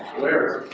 where?